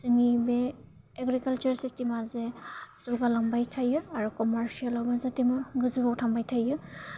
जोंनि बे एग्रिकालसार सिस्टेमा जे जौगालांबाय थायो आरो कमारसिएलावनो जाहाथे मा गोजौवाव थांबाय थायो